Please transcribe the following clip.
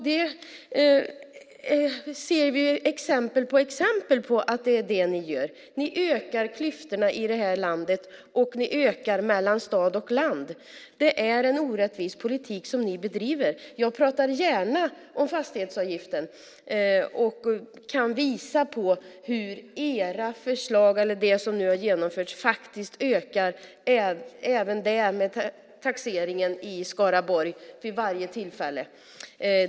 Vi ser exempel på exempel på att det är det ni gör. Ni ökar klyftorna i det här landet, och ni ökar klyftorna mellan stad och land. Det är en orättvis politik som ni bedriver. Jag pratar gärna om fastighetsavgiften och kan visa hur era förslag, det som nu har genomförts, ökar taxeringen i Skaraborg vid varje tillfälle.